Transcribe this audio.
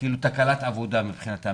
כאילו תאונת עבודה מבחינתם,